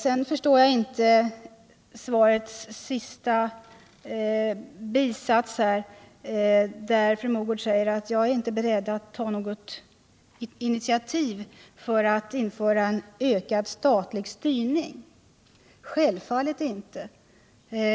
Det framgår av svaret att fru Mogård inte är beredd att ta något initiativ i syfte att införa en ökad statlig styrning. Det skall vi självfallet inte ha!